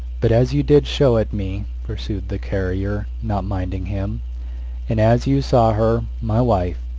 but, as you did show it me, pursued the carrier, not minding him and as you saw her, my wife,